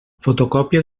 fotocòpia